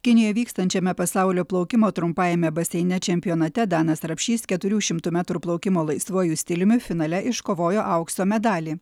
kinijoj vykstančiame pasaulio plaukimo trumpajame baseine čempionate danas rapšys keturių šimtų metrų plaukimo laisvuoju stiliumi finale iškovojo aukso medalį